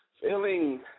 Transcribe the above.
feeling